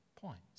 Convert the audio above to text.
points